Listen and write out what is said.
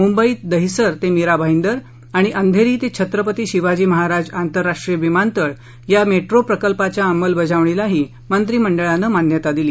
मुंबईत दहिसर ते मिरा भाईदर आणि अंधेरी ते छत्रपती शिवाजी महाराज आंतरराष्ट्रीय विमानतळ या मेट्रो प्रकल्पाच्या अंमलबजावणीलाही मंत्रीमंडळानं मान्यता दिली